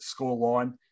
scoreline